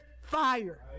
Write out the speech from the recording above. fire